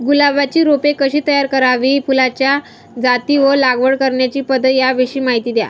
गुलाबाची रोपे कशी तयार करावी? फुलाच्या जाती व लागवड करण्याची पद्धत याविषयी माहिती द्या